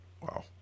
Wow